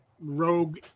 rogue